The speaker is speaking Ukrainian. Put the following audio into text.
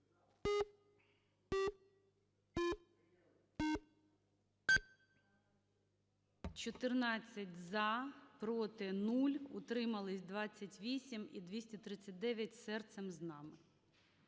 14, проти – 0, утримались – 28 і 239 серцем з нами,